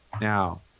Now